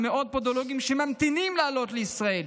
למאות פודולוגים שממתינים לעלות לישראל,